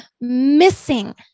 missing